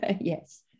Yes